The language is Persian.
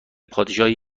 پادشاهی